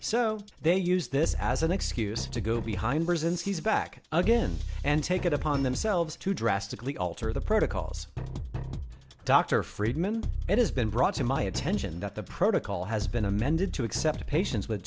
so they use this as an excuse to go behind brzezinski's back again and take it upon themselves to drastically alter the protocols dr friedman it has been brought to my attention that the protocol has been amended to accept patients with